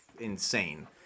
insane